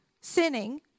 sinning